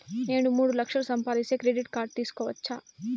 నేను మూడు లక్షలు సంపాదిస్తే క్రెడిట్ కార్డు తీసుకోవచ్చా?